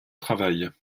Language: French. travail